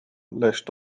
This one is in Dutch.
leest